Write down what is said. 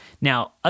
Now